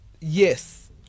yes